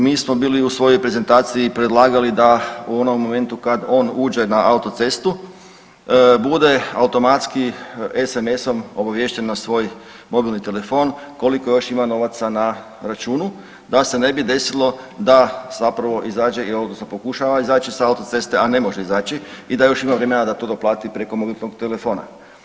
Mi smo bili u svojoj prezentaciji predlagali da u onom momentu kad on uđe na autocestu bude automatski SMS-om obaviješten na svoj mobilni telefon koliko još ima novaca na računu da se ne bi desilo da zapravo izađe odnosno pokušava izaći sa autoceste, a ne može izaći i da još ima vremena da to doplati preko mobilnog telefona.